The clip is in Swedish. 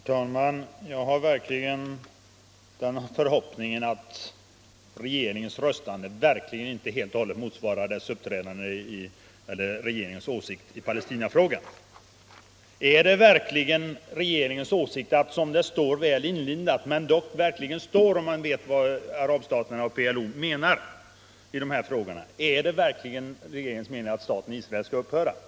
Herr talman! Jag har verkligen den förhoppningen att regeringens röstande inte helt motsvarar regeringens åsikt i Palestinafrågan. Är det verkligen regeringens åsikt att som det står i resolutionen — visserligen väl inlindat men helt klart, om man vet vad arabstaterna och PLO menar i dessa frågor — staten Israel skall upphöra?